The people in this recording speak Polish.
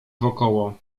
wokoło